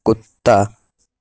کتا